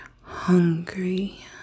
hungry